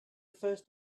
first